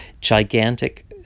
gigantic